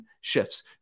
shifts